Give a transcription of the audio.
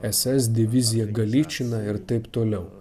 ss divizija galičina ir taip toliau